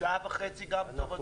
שעה וחצי גם טוב.